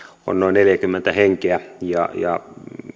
on noin neljäkymmentä henkeä ja ja